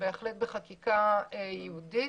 ובחקיקה ייעודית.